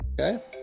Okay